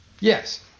Yes